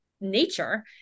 nature